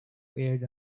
aired